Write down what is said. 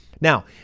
Now